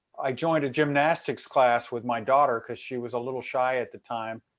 i joined a gymnastics class with my daughter because she was a little shy at the time.